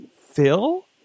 Phil